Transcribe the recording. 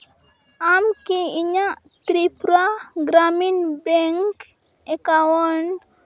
ᱟᱢ ᱠᱤ ᱤᱧᱟᱹᱜ ᱛᱨᱤᱯᱩᱨᱟ ᱜᱨᱟᱢᱤᱱ ᱵᱮᱝᱠ ᱮᱠᱟᱣᱩᱱᱴ